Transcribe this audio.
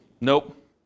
Nope